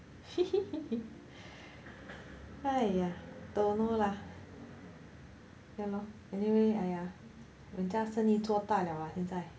!haiya! don't know lah ya lor anyway !aiya! 人家生意做大了啊现在